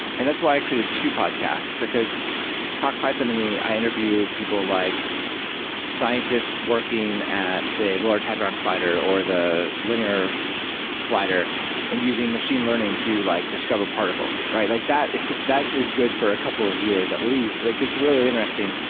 and that's why i created two podcasts, because talk python to me, i interview people like scientists working at, say, large hadron collider, or the linear collider and using machine learning to like discover particles. like that that is good for a couple of years, at least. like it's really interesting.